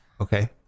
okay